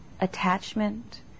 attachment